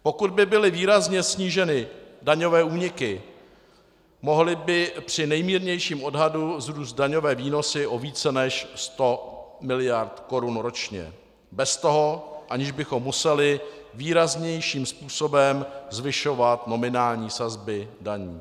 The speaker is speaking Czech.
Pokud by byly výrazně sníženy daňové úniky, mohly by při nejmírnějším odhadu vzrůst daňové výnosy o více než 100 mld. korun ročně bez toho, aniž bychom museli výraznějším způsobem zvyšovat nominální sazby daní.